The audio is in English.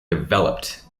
developed